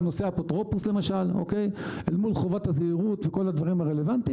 גם נושא האפוטרופוס למשל אל מול חובת הזהירות וכל הדברים הרלוונטיים,